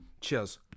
Cheers